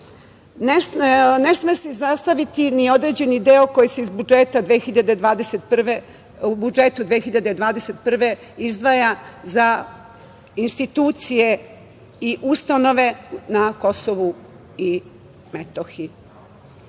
sme se izostaviti ni određeni deo koji se u budžetu 2021. izdvaja za institucije i ustanove na KiM.